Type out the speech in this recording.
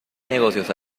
negocios